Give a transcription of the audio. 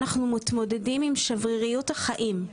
אנחנו מתמודדים עם שבריריות החיים,